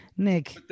Nick